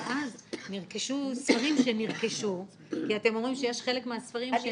נרכשו ספרים שנרכשו כי אתם אומרים שחלק מהספרים נרכשו.